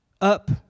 up